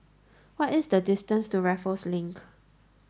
what is the distance to Raffles Link